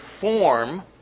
form